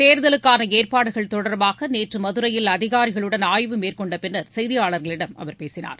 தேர்தலுக்கான ஏற்பாடுகள் தொடர்பாக நேற்று மதுரையில் அதிகாரிகளுடன் ஆய்வு மேற்கொண்ட பின்னர் செய்தியாளர்களிடம் அவர் பேசினார்